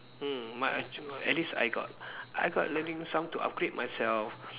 mm my at least I got I got learning some to upgrade myself